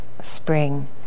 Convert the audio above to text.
spring